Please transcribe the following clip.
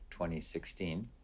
2016